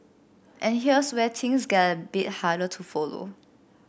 and here's where things get a bit harder to follow